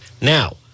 Now